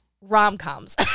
rom-coms